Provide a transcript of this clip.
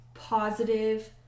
positive